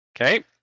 Okay